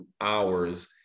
hours